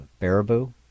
Baraboo